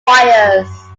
fires